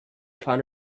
upon